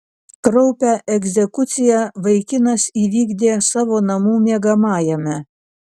kraupią egzekuciją vaikinas įvykdė savo namų miegamajame